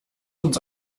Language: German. uns